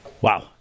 Wow